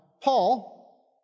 Paul